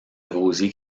rosier